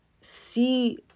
see